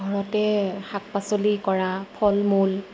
ঘৰতে শাক পাচলি কৰা ফল মূল